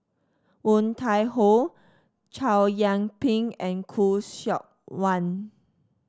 Woon Tai Ho Chow Yian Ping and Khoo Seok Wan